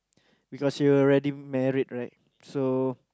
because you already married right so